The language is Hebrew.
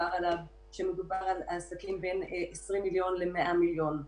שמדובר על עסקים בין 20 מיליון ל-100 מיליון.